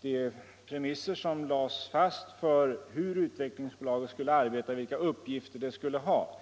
de premisser efter vilka Utvecklingsaktiebolaget skulle arbeta och vilka uppgifter det skulle ha.